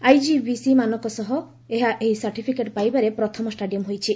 IGBC ମାନକ ସହ ଏହା ଏହି ସାର୍ଟିଫିକେଟ୍ ପାଇବାରେ ପ୍ରଥମ ଷ୍ଟାଡିୟମ୍ ହୋଇଛି